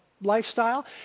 lifestyle